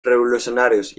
revolucionarios